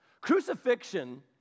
Crucifixion